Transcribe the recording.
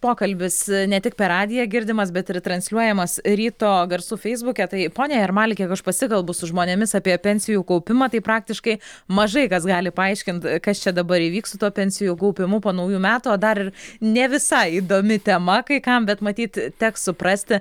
pokalbis ne tik per radiją girdimas bet ir transliuojamas ryto garsų feisbuke tai pone jarmali kiek aš pasikalbu su žmonėmis apie pensijų kaupimą tai praktiškai mažai kas gali paaiškint kas čia dabar įvyks su tuo pensijų kaupimu po naujų metų o dar ir ne visai įdomi tema kai kam bet matyt teks suprasti